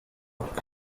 uko